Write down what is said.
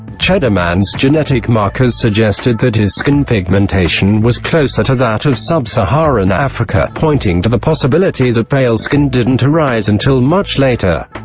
cheddar man's genetic markers suggested that his skin pigmentation was closer to that of sub-saharan africa, pointing to the possibility that pale skin didn't arise until much later.